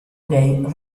dei